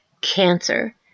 cancer